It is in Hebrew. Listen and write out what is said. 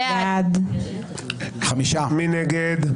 מי נגד?